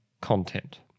content